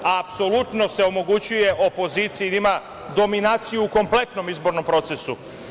Apsolutno se omogućuje opoziciji da ima dominaciju u kompletnom izbornom procesu.